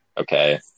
okay